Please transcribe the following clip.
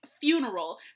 funeral